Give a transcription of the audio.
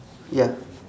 ya